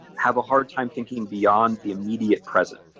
have a hard time thinking beyond the immediate present.